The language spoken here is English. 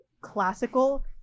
classical